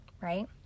right